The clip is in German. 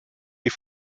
die